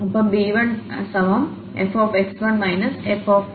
ഒപ്പംb1fx1 fx1 x0